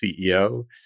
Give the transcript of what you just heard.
CEO